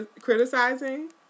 criticizing